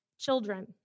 children